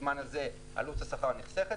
כשבזמן הזה עלות השכר נחסכת,